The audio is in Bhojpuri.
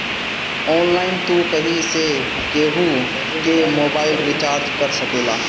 ऑनलाइन तू कहीं से केहू कअ मोबाइल रिचार्ज कर सकेला